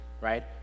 Right